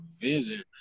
vision